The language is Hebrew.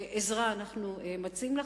עזרה אנחנו מציעים לך,